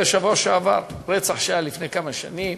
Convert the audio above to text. זה היה בשבוע שעבר, רצח שהיה לפני כמה שנים,